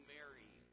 Mary